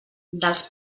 dels